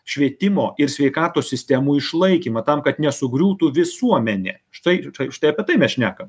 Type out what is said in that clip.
švietimo ir sveikatos sistemų išlaikymą tam kad nesugriūtų visuomenė štai štai štai apie tai mes šnekam